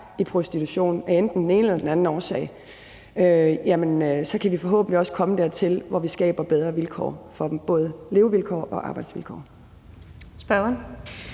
i prostitution af enten den ene eller den anden årsag – kan vi forhåbentlig også komme dertil, hvor vi skaber bedre vilkår for dem, både levevilkår og arbejdsvilkår. Kl.